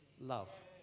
love